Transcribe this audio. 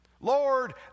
Lord